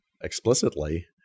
explicitly